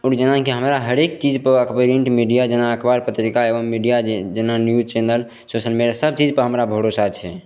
ओहिमे जेनाकि हमरा हरेक चीज पर मीडिया जेना अखबार पत्रिका एवम मीडिया जे जेना न्यूज चैनल सोशल मे सभचीज पर हमरा भरोसा छै